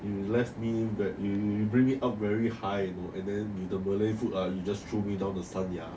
you left me that you you bring me out very high you know and then with the malay food ah you just threw me down the 山崖